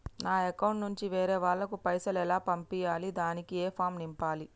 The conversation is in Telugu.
నా అకౌంట్ నుంచి వేరే వాళ్ళకు పైసలు ఎలా పంపియ్యాలి దానికి ఏ ఫామ్ నింపాలి?